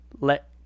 let